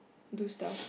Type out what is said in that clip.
do stuff